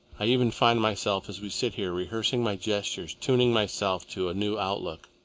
i even find myself, as we sit here, rehearsing my gestures, tuning myself to a new outlook.